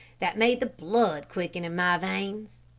that made the blood quicken in my veins.